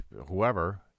whoever